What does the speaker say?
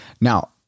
Now